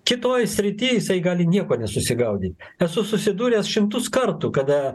kitoj srity jisai gali nieko nesusigaudyt esu susidūręs šimtus kartų kada